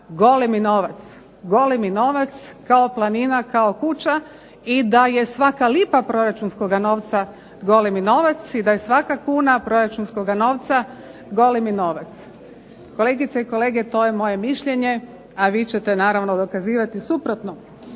golemi novac, golemi novac kao planina, kao kuća i da je svaka lipa proračunskoga novca golemi novac i da je svaka kuna proračunskoga novca golemi novac. Kolegice i kolege, to je moje mišljenje, a vi ćete naravno dokazivati suprotno.